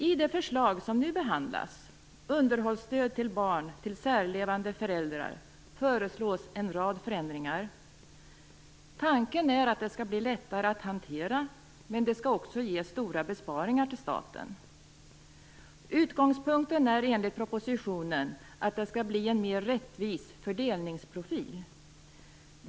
I det förslag som nu behandlas, om underhållsstöd till barn till särlevande föräldrar, föreslås en rad förändringar. Tanken är att det skall bli lättare att hantera, men det skall också ge stora besparingar till staten. Utgångspunkten är enligt propositionen att det skall bli en mer rättvis fördelningsprofil.